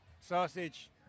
sausage